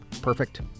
perfect